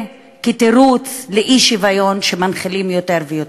כתירוץ לאי-שוויון שמנחילים יותר ויותר.